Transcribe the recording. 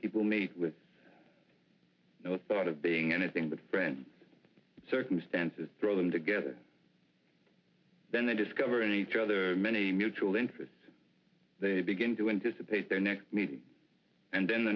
people mate with no thought of being anything but friends circumstances throw them together then they discover in each other many mutual interests they begin to anticipate their next meeting and then the